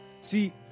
See